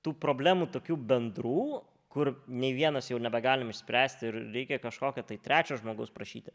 tų problemų tokių bendrų kur nei vienas jau nebegalim išspręsti ir reikia kažkokio tai trečio žmogus prašyti